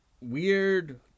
weird